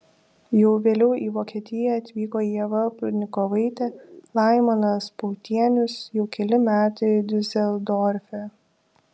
jau vėliau į vokietiją atvyko ieva prudnikovaitė laimonas pautienius jau keli metai diuseldorfe